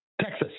Texas